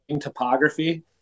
topography